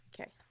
Okay